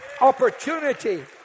opportunity